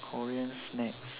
korean snacks